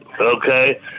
Okay